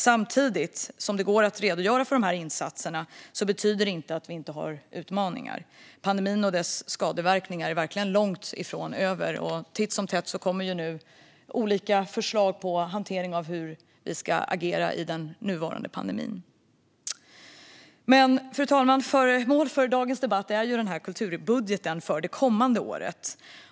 Samtidigt som det går att redogöra för dessa insatser betyder det inte att vi inte har utmaningar. Pandemin och dess skadeverkningar är verkligen långt ifrån över. Titt som tätt kommer nu olika förslag på hantering av hur vi ska agera i den nuvarande pandemin. Fru talman! Föremålet för dagens debatt är kulturbudgeten för det kommande året.